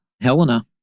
Helena